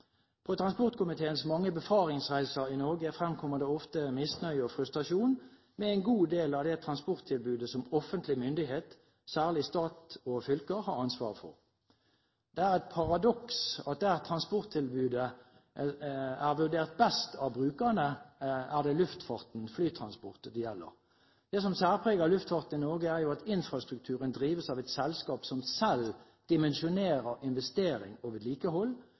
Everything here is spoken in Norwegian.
På transportkomiteens mange befaringsreiser i Norge fremkommer det ofte misnøye med og frustrasjon over en god del av det transporttilbudet som offentlig myndighet – særlig stat og fylker – har ansvaret for. Det er et paradoks at der transporttilbudet er vurdert som best av brukerne, er det luftfarten – flytransport – det gjelder. Det som særpreger luftfarten i Norge, er jo at infrastrukturen drives av et selskap som selv dimensjonerer investering og vedlikehold,